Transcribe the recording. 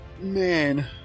Man